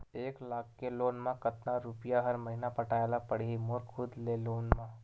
एक लाख के लोन मा कतका रुपिया हर महीना पटाय ला पढ़ही मोर खुद ले लोन मा?